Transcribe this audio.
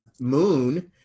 Moon